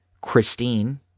Christine